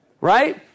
Right